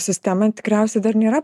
sistema tikriausiai dar nėra